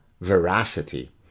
veracity